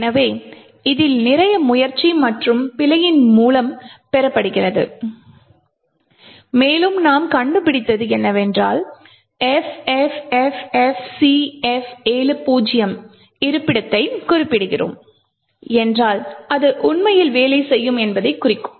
எனவே இதில் நிறைய முயற்சி மற்றும் பிழையின் மூலம் பெறப்படுகிறது மேலும் நாம் கண்டுபிடித்தது என்னவென்றால் FFFFCF70 இருப்பிடத்தைக் குறிப்பிடுகிறோம் என்றால் அது உண்மையில் வேலை செய்யும் என்பதைக் குறிக்கும்